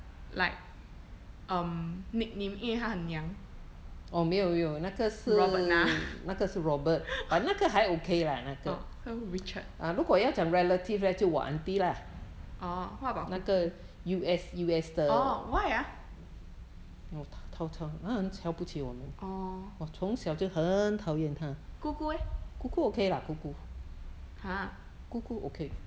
like um nickname 因为他很娘 robert nah orh so richard orh what about her orh why ah orh 姑姑 eh !huh!